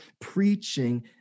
preaching